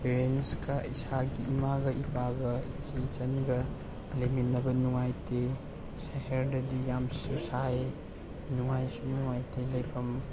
ꯄꯦꯔꯦꯟꯁꯀ ꯏꯁꯥꯒꯤ ꯏꯃꯥꯒ ꯏꯄꯥꯒ ꯏꯆꯦ ꯏꯆꯟꯒ ꯂꯩꯃꯤꯟꯅꯕ ꯅꯨꯡꯉꯥꯏꯇꯦ ꯁꯍꯔꯗꯗꯤ ꯌꯥꯝꯁꯨ ꯁꯥꯏ ꯅꯨꯡꯉꯥꯏꯁꯨ ꯅꯨꯡꯉꯥꯏꯇꯦ ꯂꯩꯐꯝ